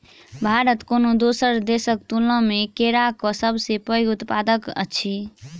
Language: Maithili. भारत कोनो दोसर देसक तुलना मे केराक सबसे पैघ उत्पादक अछि